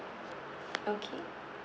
okay